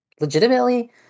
legitimately